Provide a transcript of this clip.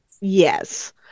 Yes